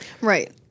Right